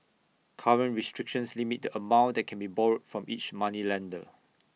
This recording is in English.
current restrictions limit the amount that can be borrowed from each moneylender